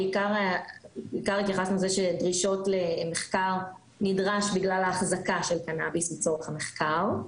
בעיקר התייחסנו שדרישות למחקר נדרש בגלל האחזקה של קנאביס לצורך המחקר.